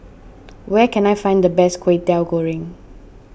where can I find the best Kway Teow Goreng